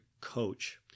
Coach